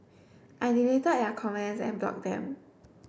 I deleted their comments and block them